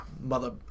mother